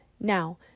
now